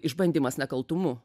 išbandymas nekaltumu